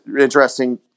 interesting